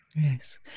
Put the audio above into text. Yes